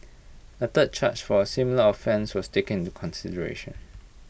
A third charge for A similar offence was taken into consideration